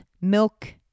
milk